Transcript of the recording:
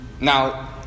Now